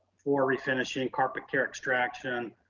floor refinishing, carpet care extraction,